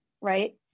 right